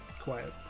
Quiet